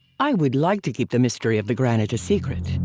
i would like to keep the mystery of the granite a secret,